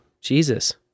jesus